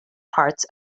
parts